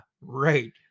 right